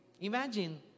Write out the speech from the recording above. Imagine